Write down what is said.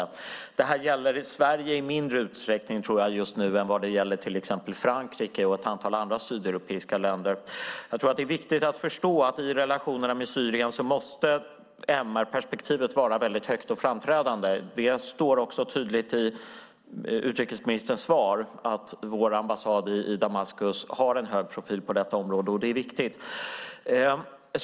Jag tror att detta gäller Sverige i mindre utsträckning just nu än vad det gäller till exempel Frankrike och ett antal andra sydeuropeiska länder. Jag tror att det är viktigt att förstå att i relationerna med Syrien måste MR-perspektivet vara mycket framträdande. Det står också tydligt i utrikesministerns svar att vår ambassad i Damaskus har en hög profil på detta område, och det är viktigt.